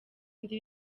indi